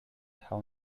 how